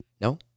No